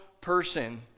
person